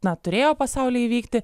na turėjo pasauly įvykti